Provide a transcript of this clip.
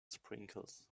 sprinkles